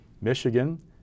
Michigan